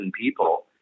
people